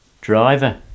driver